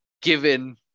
given